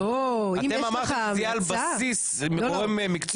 אתם אמרתם קביעה על בסיס גורם מקצועי.